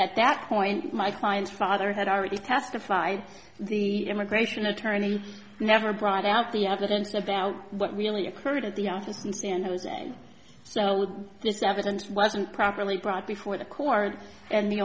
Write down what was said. at that point my client's father had already testified the immigration attorney never brought out the evidence about what really occurred at the office in san jose so this evidence wasn't properly brought before the court and the